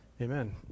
Amen